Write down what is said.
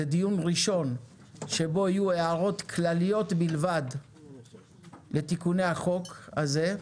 זה דיון ראשון שבו יהיו הערות כלליות בלבד לתיקוני החוק הזה.